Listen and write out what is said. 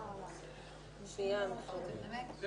למי שרוצה לנמק את